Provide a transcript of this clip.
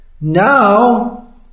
Now